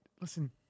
Listen